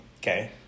Okay